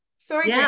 Sorry